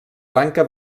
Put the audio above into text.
blanca